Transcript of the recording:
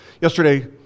Yesterday